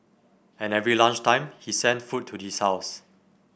and every lunch time he sent food to his house